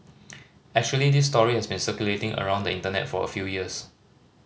actually this story has been circulating around the Internet for a few years